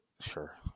Sure